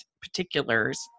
particulars